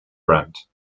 rent